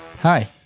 Hi